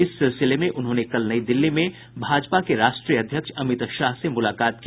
इस सिलसिले में उन्होंने कल नई दिल्ली में भाजपा के राष्ट्रीय अध्यक्ष अमित शाह से मुलाकात की